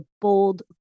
Bold